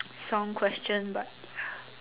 song question but